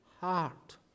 heart